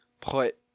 put